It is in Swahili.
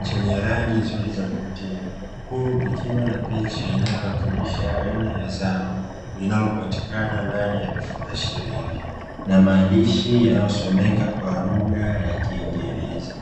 chenye rangi nzuri za kuvutia huku kukiwa na picha inayoeakilisha aina ya zao linalopatikana ndani ya vifungashio hivyo na maandishi yanayosomeka kwa lugha ya kiingereza.